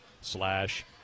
slash